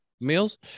Meals